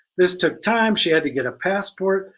this took time, she had to get a passport,